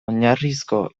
oinarrizko